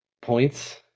points